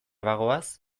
bagoaz